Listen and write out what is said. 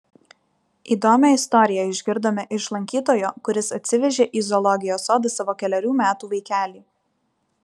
įdomią istoriją išgirdome iš lankytojo kuris atsivežė į zoologijos sodą savo kelerių metų vaikelį